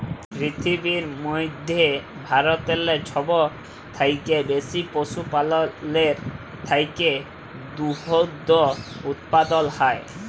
পিরথিবীর মইধ্যে ভারতেল্লে ছব থ্যাইকে বেশি পশুপাললের থ্যাইকে দুহুদ উৎপাদল হ্যয়